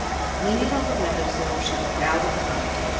leaning on the window-sill, she looked out at the night.